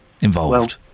involved